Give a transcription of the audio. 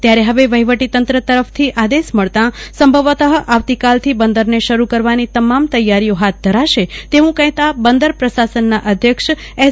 ત્યારે હવે વહીવટી તંત્ર તરફથો આદેશ મળતાં સંભવતઃ આવતીકાલથી બંદરને શરૂ કરવાનો તમામ તૈયારીઓ હાથ ધરાશે તેવું કહેતા બદર પશાસનના અધ્યક્ષ એસ